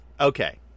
Okay